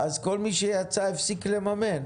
אז כל מי שיצא הפסיק לממן.